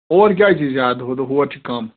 اور کیٛازِ چھِ زیادٕ ہُہ تہٕ ہور چھِ کَم